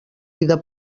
vida